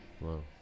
Wow